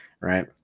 right